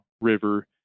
River